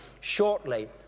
shortly